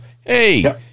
Hey